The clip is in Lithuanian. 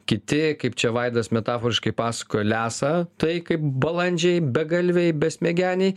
kiti kaip čia vaidas metaforiškai pasakojo lesa tai kaip balandžiai begalviai besmegeniai